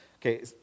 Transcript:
Okay